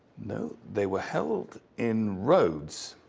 no, they were held in rhodes.